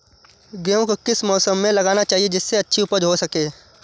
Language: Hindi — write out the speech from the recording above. गेहूँ को किस मौसम में लगाना चाहिए जिससे अच्छी उपज हो सके?